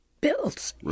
bills